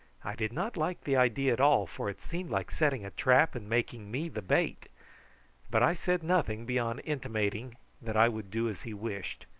i did not like the idea at all, for it seemed like setting a trap and making me the bait but i said nothing beyond intimating that i would do as he wished,